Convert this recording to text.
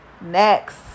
next